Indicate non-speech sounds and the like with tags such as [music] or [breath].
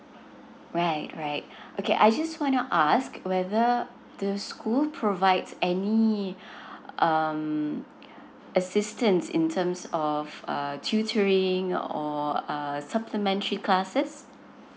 right right okay I just want to ask whether the school provides any [breath] um assistance in terms of uh tutoring or err supplementary classes